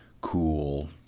cool